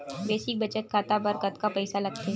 Basic बचत खाता बर कतका पईसा लगथे?